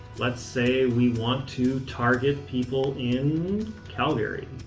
let's say we want to target people in calgary, a